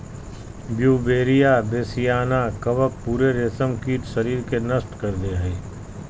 Beauveria bassiana कवक पूरे रेशमकीट शरीर के नष्ट कर दे हइ